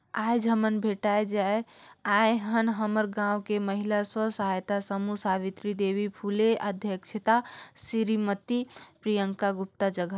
आयज हमन भेटाय आय हन हमर गांव के महिला स्व सहायता समूह सवित्री देवी फूले अध्यक्छता सिरीमती प्रियंका गुप्ता जघा